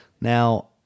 Now